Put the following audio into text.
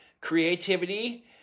Creativity